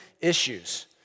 issues